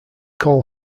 call